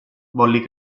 volli